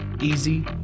easy